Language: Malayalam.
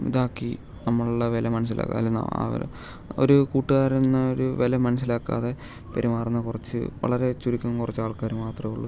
ഇതാക്കി നമ്മളുടെ വില മനസ്സിലാ ഒരു കൂട്ടുകാരെന്ന ഒരു വില മനസ്സിലാക്കാതെ പെരുമാറുന്ന കുറച്ച് വളരെ ചുരുക്കം കുറച്ച് ആൾക്കാർ മാത്രമേ ഉള്ളൂ